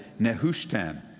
Nehushtan